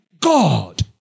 God